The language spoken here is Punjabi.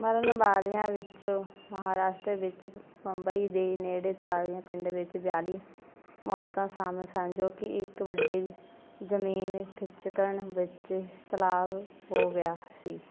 ਮਰਨ ਵਾਲਿਆਂ ਵਿੱਚ ਮਹਾਰਾਸ਼ਟਰ ਵਿੱਚ ਬੰਬਈ ਦੇ ਨੇੜੇ ਤਾਲੀਏ ਪਿੰਡ ਵਿੱਚ ਬਿਆਲੀ ਮੌਤਾਂ ਸ਼ਾਮਲ ਸਨ ਜੋ ਇੱਕ ਵੱਡੇ ਜਮੀਨ ਖਿਸਕਣ ਵਿੱਚ ਤਬਾਹ ਹੋ ਗਿਆ ਸੀ